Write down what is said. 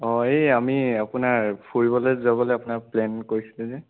অঁ এই আমি আপোনাৰ ফুৰিবলৈ যাবলৈ আপোনাৰ প্লেন কৰিছিলোঁ যে